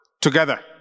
together